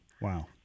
wow